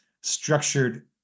structured